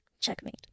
Checkmate